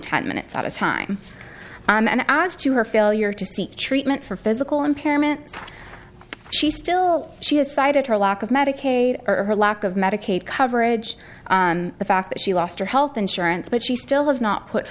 ten minutes at a time and as to her failure to seek treatment for physical impairment she still she has sided her lack of medicaid or her lack of medicaid coverage the fact that she lost her health insurance but she still has not put